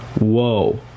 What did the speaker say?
Whoa